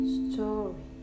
story